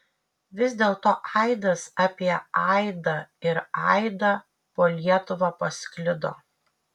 vis dėlto aidas apie aidą ir aidą po lietuvą pasklido